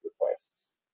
requests